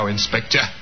Inspector